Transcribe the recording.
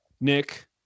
Nick